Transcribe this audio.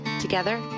Together